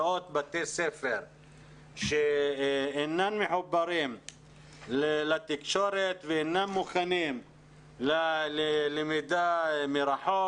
מאות בתי ספר שאינם מחוברים לתקשורת ואינם מוכנים ללמידה מרחוק,